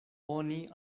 oni